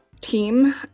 team